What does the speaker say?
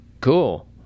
cool